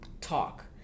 talk